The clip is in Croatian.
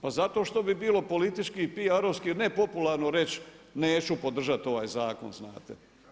Pa zato što bi bilo politički i PR-ovski nepopularno reći neću podržati ovaj zakon, znate.